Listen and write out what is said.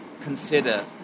consider